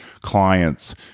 clients